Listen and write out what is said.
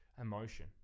emotion